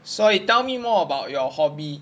所以 tell me more about your hobby